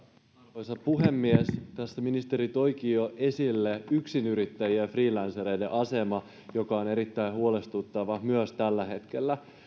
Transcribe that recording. arvoisa puhemies tässä ministeri toikin jo esille yksinyrittäjien ja freelancereiden aseman joka on erittäin huolestuttava myös tällä hetkellä